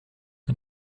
ein